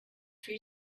three